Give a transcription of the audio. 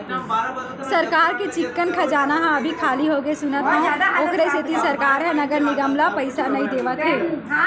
सरकार के चिक्कन खजाना ह अभी खाली होगे सुनत हँव, ओखरे सेती सरकार ह नगर निगम ल पइसा नइ देवत हे